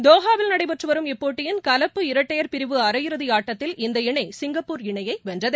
டோகாவில் நடைபெற்று வரும் இப்போட்டியின் கலப்பு இரட்டையர் பிரிவு அரை இறதி ஆட்டத்தில் இந்த இணை சிங்கப்பூர் இணையை வென்றது